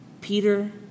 Peter